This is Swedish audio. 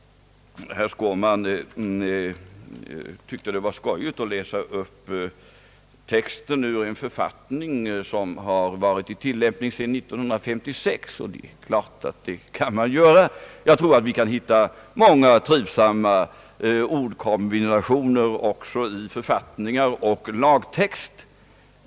Herr Skårman tyckte det var skojigt att läsa upp texten ur en författning som har tillämpats sedan 1956. Det är klart att det kan man göra; jag tror att man kan hitta många trivsamma ord kombinationer också i författningar och lagtexter.